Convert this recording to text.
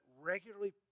regularly